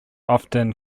often